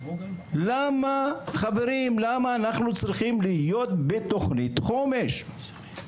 למה אנחנו צריכים להיות בתוכנית חומש?